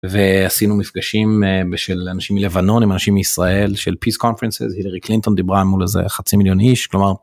ועשינו מפגשים בשל אנשים מלבנון עם אנשים מישראל של peace conferences הילרי קלינטון דיברה מול איזה חצי מיליון איש כלומר...